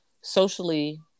socially